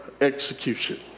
execution